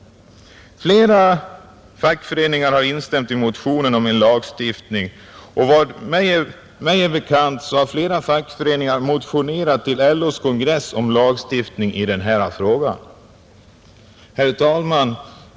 Flera fackföreningar har instämt i motionen om en lagstiftning, och vad mig är bekant har flera fackföreningar motionerat till LO:s kongress om lagstiftning i den här frågan. Herr talman!